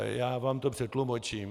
Já vám to přetlumočím.